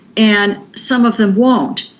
and some of them won't.